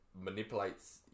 manipulates